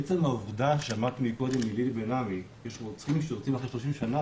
עצם העובדה שאמרת קודם ללילי בן עמי שרוצחים משתחררים אחרי 30 שנים,